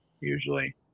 Usually